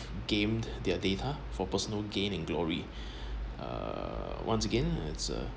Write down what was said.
gain their data for personal gain and glory uh once again it's a